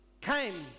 came